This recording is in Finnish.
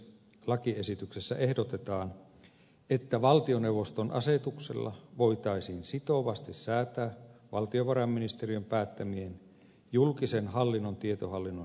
lakiesityksessä ehdotetaan että valtioneuvoston asetuksella voitaisiin sitovasti säätää valtiovarainministeriön päättämistä julkisen hallinnon tietohallinnon standardeista